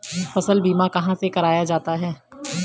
फसल बीमा कहाँ से कराया जाता है?